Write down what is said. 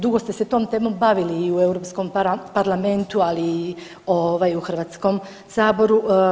Dugo ste se tom temom bavili i u Europskom parlamentu, ali i u Hrvatskom saboru.